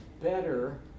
better